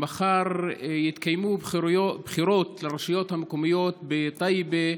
מחר יתקיימו בחירות לרשויות המקומיות בטייבה,